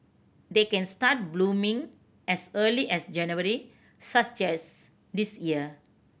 they can start blooming as early as January such this year